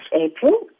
April